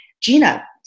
gina